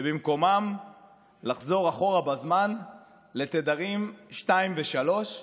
ובמקומם לחזור אחורה בזמן לתדרים 2 ו-3,